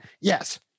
yes